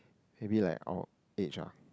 maybe like our age ah